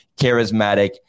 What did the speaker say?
charismatic